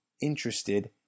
interested